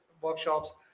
workshops